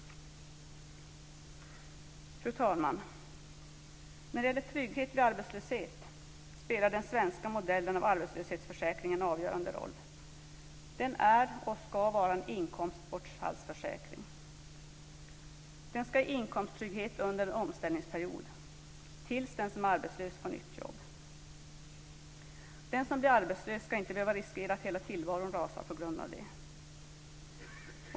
Fru talman! När det gäller trygghet vid arbetslöshet spelar den svenska modellen av arbetslöshetsförsäkring en avgörande roll. Den är och ska vara en inkomstbortfallsförsäkring. Den ska ge inkomsttrygghet under en omställningsperiod tills den som är arbetslös får nytt jobb. Den som blir arbetslös ska inte behöva riskera att hela tillvaron rasar på grund av det.